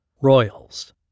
Royals